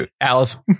Alice